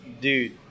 Dude